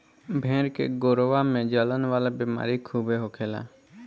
भेड़ के गोड़वा में जलन वाला बेमारी खूबे होखेला